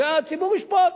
והציבור ישפוט.